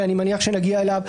ואני מניח שנגיע אליו,